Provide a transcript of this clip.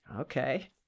Okay